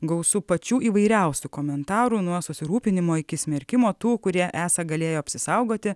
gausu pačių įvairiausių komentarų nuo susirūpinimo iki smerkimo tų kurie esą galėjo apsisaugoti